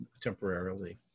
temporarily